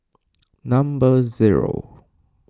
number zero